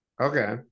Okay